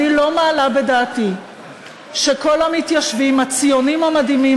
ואני לא מעלה בדעתי שכל המתיישבים הציונים המדהימים